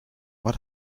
what